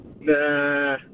Nah